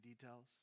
details